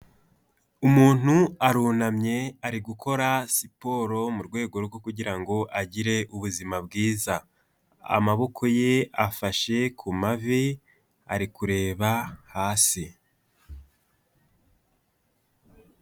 Umuntu arunamye ari gukora siporo mu rwego rwo kugira ngo agire ubuzima bwiza, amaboko ye afashe ku mavi , ari kureba hasi.